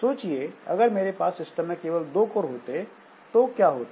सोचिए अगर मेरे पास सिस्टम में केवल 2 कोर होते तो क्या होता